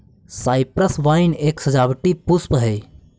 cypress vine एक सजावटी पुष्प हई